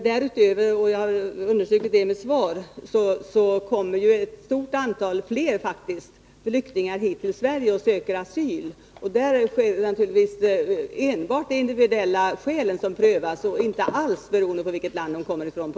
Därutöver, och det understryker jag i svaret, kommer ett stort antal ytterligare flyktingar hit till Sverige och söker asyl. Och i de fallen är det givetvis enbart de individuella skälen som prövas, och hänsyn tas inte alls till vilket land de kommer ifrån.